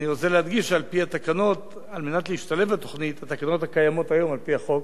אני רוצה להדגיש שעל-פי התקנות הקיימות היום על-פי החוק,